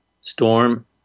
storm